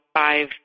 five